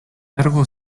medical